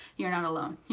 you're not alone.